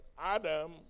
Adam